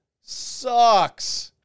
sucks